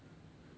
对